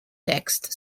text